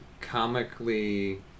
comically